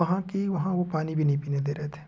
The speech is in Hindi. वहाँ की वहाँ वो पानी भी नहीं पीने दे रहे थे